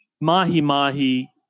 mahi-mahi